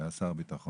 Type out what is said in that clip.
שהיה שר הביטחון,